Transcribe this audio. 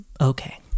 Okay